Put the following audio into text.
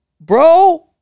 bro